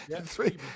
Three